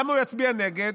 למה הוא יצביע נגד?